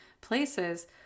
places